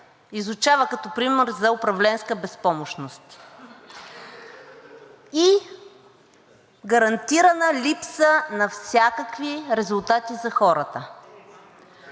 изучава като пример за управленска безпомощност и гарантирана липса на всякакви резултати за хората.